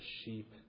sheep